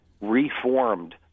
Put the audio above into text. reformed